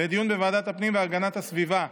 לדיון בוועדת הפנים והגנת הסביבה.